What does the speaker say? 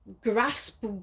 grasp